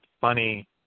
funny